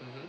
mmhmm